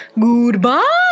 Goodbye